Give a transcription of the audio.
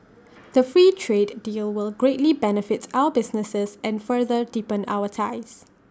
the free trade deal will greatly benefit our businesses and further deepen our ties